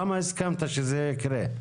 למה הסכמת שזה יקרה?